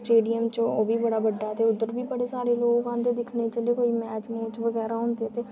stadium च ओह्बी बड़ा बड्डा ते उद्धर बी बड़े सारे लोक औंदे दिक्खने गी जेल्लै कोई मैच बगैरा होंदे ते